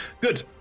Good